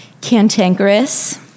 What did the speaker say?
cantankerous